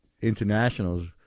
internationals